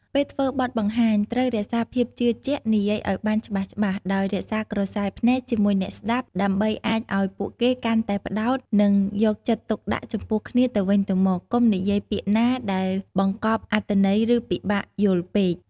ពេលធ្វើបទបង្ហាញ ត្រូវរក្សាភាពជឿជាក់ និយាយឱ្យបានច្បាស់ៗ ដោយរក្សាក្រសែភ្នែកជាមួយអ្នកស្តាប់ដើម្បីអាចឱ្យពួកគេកាន់តែផ្តោត និងយកចិត្តទុកដាក់ចំពោះគ្នាទៅវិញទៅមក កុំនិយាយពាក្យណាដែលបង្កប់អត្ថន័យឬពិបាកយល់ពេក។